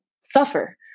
suffer